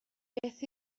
beth